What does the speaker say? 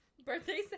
Birthday